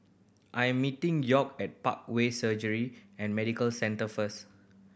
I am meeting York at Parkway Surgery and Medical Centre first